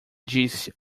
disse